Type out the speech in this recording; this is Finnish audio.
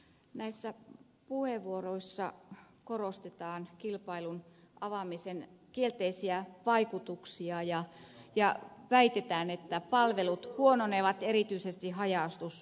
näissä puheenvuoroissa korostetaan kilpailun avaamisen kielteisiä vaikutuksia ja väitetään että palvelut huononevat erityisesti haja asutusalueilla